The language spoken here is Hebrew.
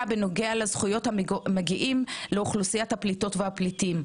בנוגע לזכויות המגיעים לאוכלוסיית הפליטות והפליטים.